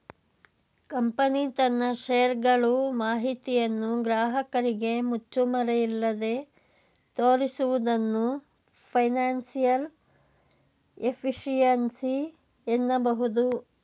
company ತನ್ನ share ಗಳು ಮಾಹಿತಿಯನ್ನು ಗ್ರಾಹಕರಿಗೆ ಮುಚ್ಚುಮರೆಯಿಲ್ಲದೆ ತೋರಿಸುವುದನ್ನು ಫೈನಾನ್ಸಿಯಲ್ ಎಫಿಷಿಯನ್ಸಿ ಅನ್ನಬಹುದು